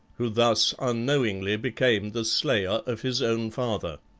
who thus unknowingly became the slayer of his own father.